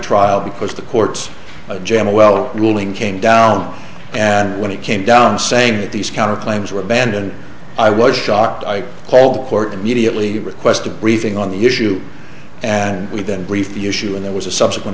trial because the court's jamma well ruling came down and when it came down same these counterclaims were banned and i was shocked i called the court immediately request a briefing on the issue and we've been briefed the issue and there was a subsequent